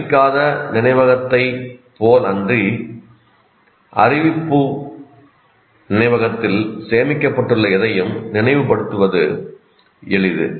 அறிவிக்காத நினைவகத்தைப் போலன்றி அறிவிப்பு நினைவகத்தில் சேமிக்கப்பட்டுள்ள எதையும் நினைவுபடுத்துவது எளிது